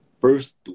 First